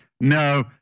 No